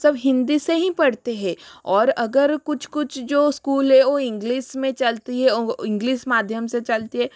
सब हिन्दी से ही पढ़ते है और अगर कुछ कुछ जो इस्कूल हैं वो इंग्लिस में चलती है वो इंग्लिस माध्यम से चलती हे